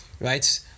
right